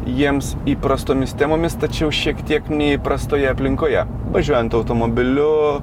jiems įprastomis temomis tačiau šiek tiek neįprastoje aplinkoje važiuojant automobiliu